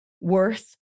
worth